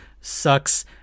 sucks